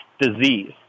Disease